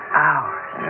hours